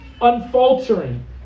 unfaltering